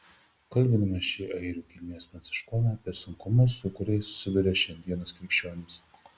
kalbiname šį airių kilmės pranciškoną apie sunkumus su kuriais susiduria šiandienos krikščionys